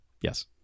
Yes